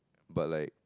but like